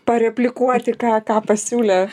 pareplikuoti ką ką pasiūlė